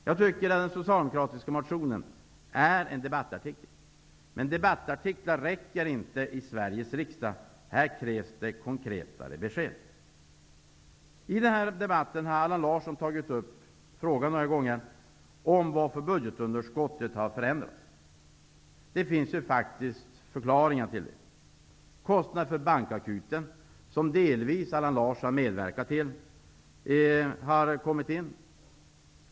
Jag tycker att den socialdemokratiska motionen är en debattartikel, men debattartiklar räcker inte i Sveriges riksdag. Här krävs det konkretare besked. I den här debatten har Allan Larsson flera gånger tagit upp frågan om varför budgetunderskottet har förändrats. Det finns faktiskt förklaringar till det. Vi har kostnader för Bankakuten som Allan Larsson delvis har medverkat till.